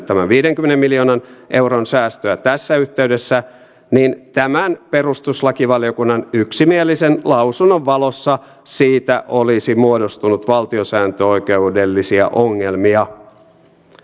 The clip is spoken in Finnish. tämän viidenkymmenen miljoonan euron säästöä tässä yhteydessä niin tämän perustuslakivaliokunnan yksimielisen lausunnon valossa siitä olisi muodostunut valtiosääntöoikeudellisia ongelmia